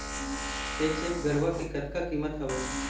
HF गरवा के कतका कीमत हवए?